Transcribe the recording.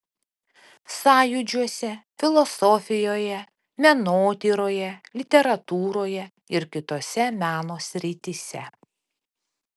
sąjūdžiuose filosofijoje menotyroje literatūroje ir kitose meno srityse